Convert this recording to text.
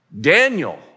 Daniel